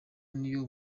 niyo